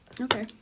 Okay